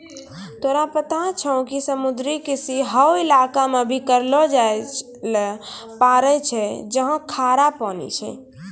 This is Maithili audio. तोरा पता छौं कि समुद्री कृषि हौ इलाका मॅ भी करलो जाय ल पारै छौ जहाँ खारा पानी छै